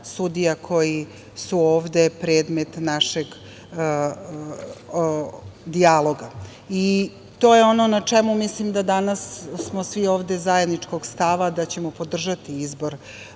koji su ovde predmet našeg dijaloga. To je ono na čemu mislim da danas smo svi zajedničkog stava, da ćemo podržati izbor